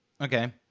Okay